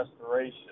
restoration